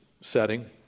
setting